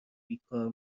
بیکار